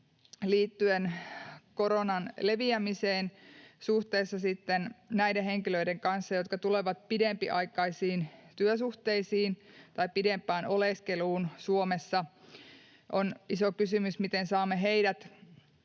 liittyen koronan leviämiseen näiden henkilöiden suhteen, jotka tulevat pidempiaikaisiin työsuhteisiin tai oleskelemaan pidempään Suomessa. On iso kysymys, miten saamme heidät